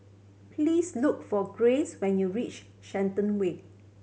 please look for Grace when you reach Shenton Way